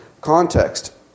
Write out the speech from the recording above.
context